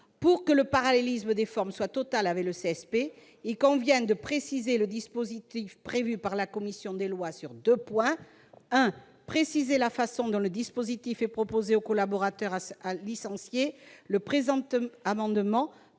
pour que le parallélisme des formes soit total avec le CSP, il convient de préciser le dispositif prévu par la commission des lois sur deux points. Il s'agit, d'abord, de préciser la façon dont le dispositif est proposé au collaborateur licencié. Le présent amendement